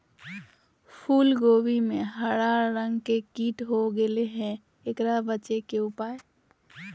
फूल कोबी में हरा रंग के कीट हो गेलै हैं, एकरा से बचे के उपाय?